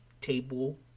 table